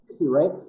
right